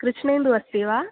कृष्णेन्दुः अस्ति वा